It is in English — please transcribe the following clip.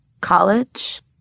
College